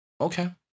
okay